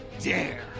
dare